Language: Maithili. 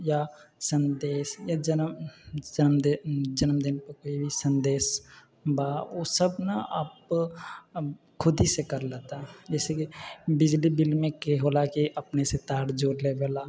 या सन्देश जेना जनमदिनपर कोइ भी सन्देश बा ओसब नहि अब खुदहीसँ करिला तऽ जइसेकि बिजली बिलमे की होला कि अपनेसँ तार जोड़ि लेबैला